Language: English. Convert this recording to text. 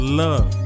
love